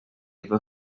efo